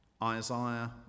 Isaiah